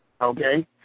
okay